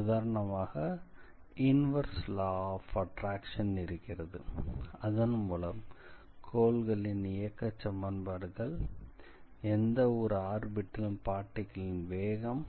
உதாரணமாக inverse law of attraction இருக்கிறது அதன்மூலம் கோள்களின் இயக்கச் சமன்பாடுகள் எந்த ஒரு ஆர்பிட்டிலும் பார்ட்டிகிளின் வேகம்